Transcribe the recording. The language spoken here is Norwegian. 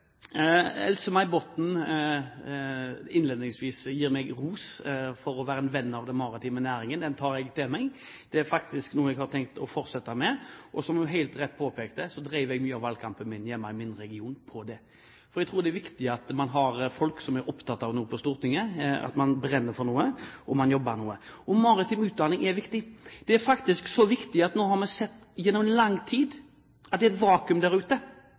gir meg innledningsvis ros for å være en venn av den maritime næringen. Det tar jeg til meg. Det er faktisk noe jeg har tenkt å fortsette med, og som hun helt rett påpekte, drev jeg mye av valgkampen hjemme i min region på det. Jeg tror det er viktig at man har folk på Stortinget som er opptatt av noe, at man brenner for noe, og at man jobber for noe. Maritim utdanning er viktig. Nå har vi sett gjennom lang tid at det er et vakuum der ute,